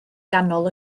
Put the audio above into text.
ganol